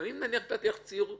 נתתי לך ציור שקורה: